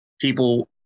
people